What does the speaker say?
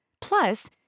Plus